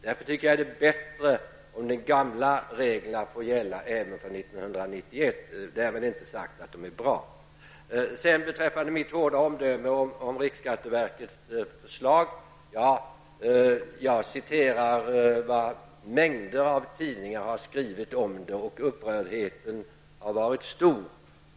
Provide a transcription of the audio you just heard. Därför är det bättre att ha kvar de gamla reglerna under 1991. Därmed inte sagt att de är bra. Beträffande mitt hårda omdöme om riksskatteverkets förslag citerade jag vad mängder av tidningar har skrivit. Upprördheten har varit stor.